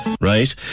right